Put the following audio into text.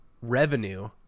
revenue